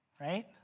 right